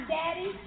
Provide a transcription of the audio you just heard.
daddy